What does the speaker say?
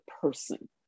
person